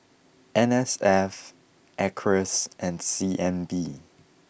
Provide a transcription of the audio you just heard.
N S F Acres and C N B